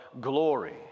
glory